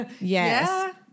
Yes